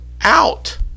out